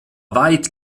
weit